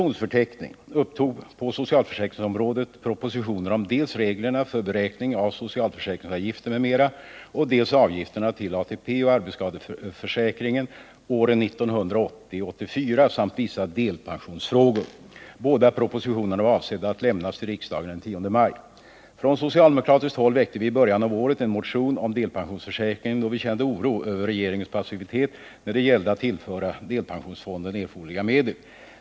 propositioner om dels reglerna för beräkning av socialförsäkringsavgifter m.m., dels avgifterna till ATP och arbetsskadeförsäkringen åren 1980-1984 samt vissa delpensionsfrågor. Båda propositionerna var avsedda att lämnas till riksdagen den 10 maj. Från socialdemokratiskt håll väckte vi i början av året en motion om delpensionsförsäkringen, då vi kände oro över regeringens passivitet när det gällde att tillföra delpensionsfonden erforderliga medel.